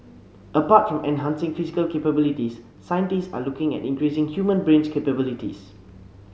apart from enhancing physical capabilities scientists are looking at increasing human's brain capabilities